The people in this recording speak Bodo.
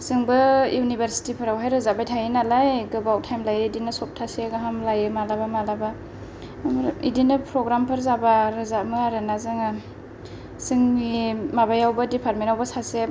जोंबो इउनिभारसिटीफोरावहाय रोजाबबाय थायोनालाय गोबाव थाइम लायो इदिनो सप्टासे गाहाम लायो मालाबा मालाबा इदिनो प्रग्रामफोर जाबा रोजाबो आरोना जोङो जोंनि माबायावबो दिपार्टमेन्तआवबो सासे